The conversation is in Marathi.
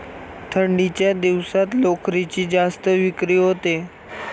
थंडीच्या दिवसात लोकरीची जास्त विक्री होते